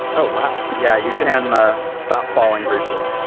oh, wow. yeah. you can ah stop falling briefly.